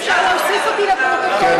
זה לכספים או לעלייה וקליטה,